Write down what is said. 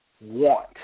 want